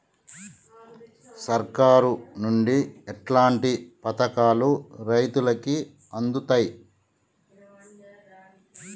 సర్కారు నుండి ఎట్లాంటి పథకాలు రైతులకి అందుతయ్?